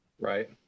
Right